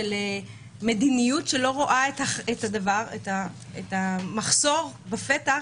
של מדיניות שלא רואה את המחסור בפתח.